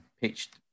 pitched